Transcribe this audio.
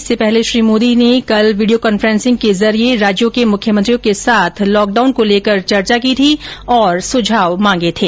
इससे पहले श्री मोदी ने कल वीडियो कांफेंसिंग के जरिये राज्यों के मुख्यमंत्रियों के साथ लॉकडाउन को लेकर चर्चा की थी और सुझाव मांगे थे